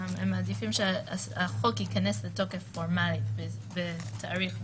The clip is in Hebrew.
הם מעדיפים שהחוק ייכנס לתוקף פורמלית בתאריך מסוים,